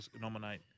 nominate